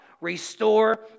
restore